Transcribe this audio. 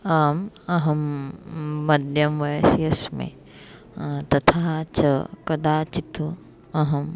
आम् अहं मध्यवयसि अस्मि तथा च कदाचित् अहं